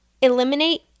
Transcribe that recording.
Eliminate